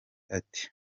ati